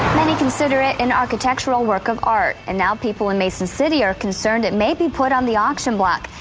many consider it an architectural work of art and now people in mason city are concerned it may be put on the auction block.